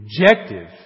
objective